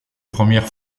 premières